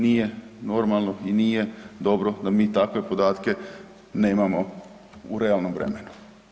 Nije normalno i nije dobro da mi takve podatke nemamo u realnom vremenu.